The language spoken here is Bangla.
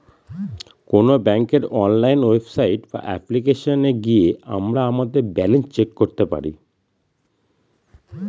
কোন ব্যাঙ্কের অনলাইন ওয়েবসাইট বা অ্যাপ্লিকেশনে গিয়ে আমরা আমাদের ব্যালান্স চেক করতে পারি